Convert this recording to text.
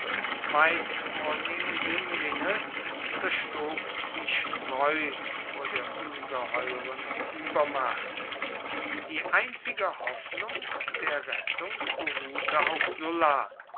meist vornehme jünglinge zerstob wie spreu vor der ungeheuren übermacht die einzige hoffnung der rettung beruhte auf sulla